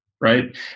right